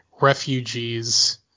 refugees